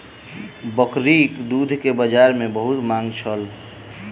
बकरीक दूध के बजार में बहुत मांग छल